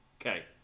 Okay